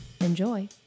Enjoy